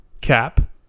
Cap